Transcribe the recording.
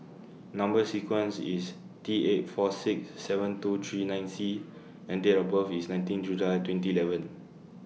Number sequence IS T eight four six seven two three nine C and Date of birth IS nineteen July twenty eleven